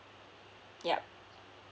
yup